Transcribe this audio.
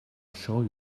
show